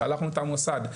שלחנו את המוסד,